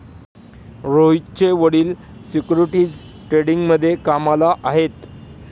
रोहितचे वडील सिक्युरिटीज ट्रेडिंगमध्ये कामाला आहेत